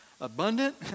abundant